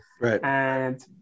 Right